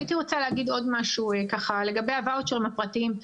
הייתי רוצה להגיד עוד משהו לגבי הוואוצ'רים הפרטיים.